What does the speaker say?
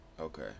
Okay